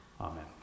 Amen